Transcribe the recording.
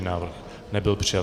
Návrh nebyl přijat.